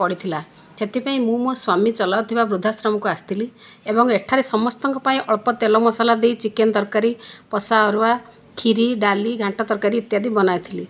ପଡ଼ିଥିଲା ସେଥିପାଇଁ ମୁଁ ମୋ ସ୍ୱାମୀ ଚଲାଉଥିବା ବୃଦ୍ଧାଶ୍ରମକୁ ଆସିଥିଲି ଏବଂ ଏଠାରେ ସମସ୍ତଙ୍କ ପାଇଁ ଅଳ୍ପ ତେଲ ମସଲା ଦେଇ ଚିକେନ ତରକାରୀ ପଶା ଅରୁଆ କ୍ଷିରି ଡାଲି ଘାଣ୍ଟ ତରକାରୀ ଇତ୍ୟାଦି ବନାଇଥିଲି